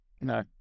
No